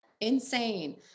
Insane